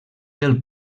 del